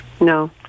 No